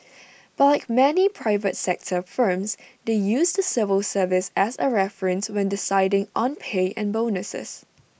but like many private sector firms they use the civil service as A reference when deciding on pay and bonuses